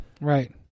Right